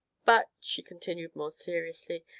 but, she continued more seriously,